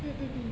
mm mm mm